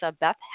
Beth